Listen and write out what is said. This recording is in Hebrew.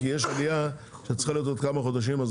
כי יש עלייה שהייתה צריכה להיות בעוד כמה חודשים אז